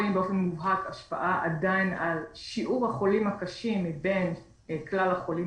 מובהק השפעה על שיעור החולים הקשים מבין כלל החולים